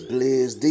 Blizz